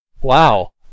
Wow